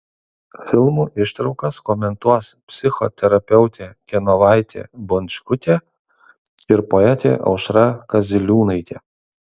filmų ištraukas komentuos psichoterapeutė genovaitė bončkutė ir poetė aušra kaziliūnaitė